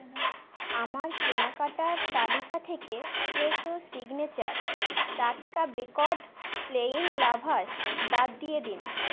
আমার কেনাকাটার তালিকা থেকে ফ্রেশো সিগনেচার টাটকা বেকড প্লেন লাভাশ বাদ দিয়ে দিন